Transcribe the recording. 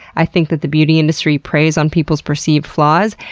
i think that the beauty industry preys on people's perceived flaws,